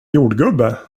jordgubbe